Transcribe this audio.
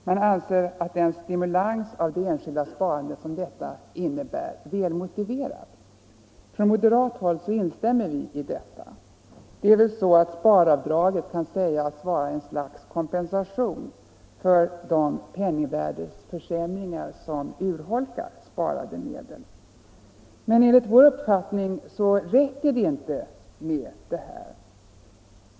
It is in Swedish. Man anser att den stimulans av det enskilda sparandet som detta innebär är väl motiverad. Från moderat håll instämmer vi i detta. Sparavdraget kan sägas vara ett slags kompensation för de penningvärdeförsämringar som urholkat sparade medel. Men enligt vår uppfattning räcker det inte med detta.